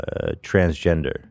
transgender